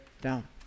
down